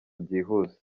byihuse